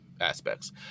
aspects